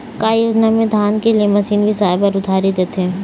का योजना मे धान के लिए मशीन बिसाए बर उधारी देथे?